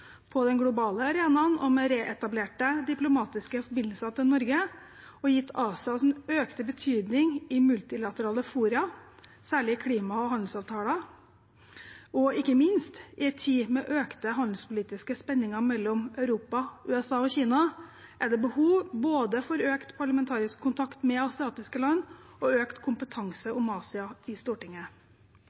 på den globale arenaen og med reetablerte diplomatiske forbindelser til Norge, og gitt Asias økte betydning i multilaterale fora, særlig i klima- og handelsavtaler, og ikke minst i en tid med økte handelspolitiske spenninger mellom Europa, USA og Kina, er det behov både for økt parlamentarisk kontakt med asiatiske land og økt kompetanse om Asia i Stortinget.